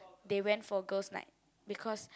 they went for girls night because